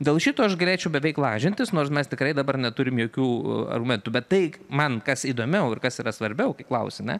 dėl šito aš galėčiau beveik lažintis nors mes tikrai dabar neturim jokių argumentų bet tai man kas įdomiau ir kas yra svarbiau kai klausiame